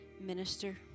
minister